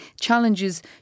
challenges